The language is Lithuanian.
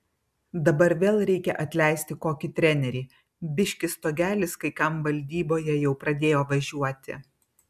dabar vėl reikia atleisti kokį trenerį biški stogelis kai kam valdyboje jau pradėjo važiuoti